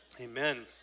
amen